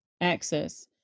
access